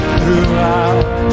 throughout